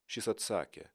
šis atsakė